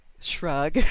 shrug